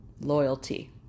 loyalty